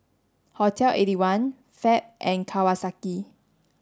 Hotel eighty one Fab and Kawasaki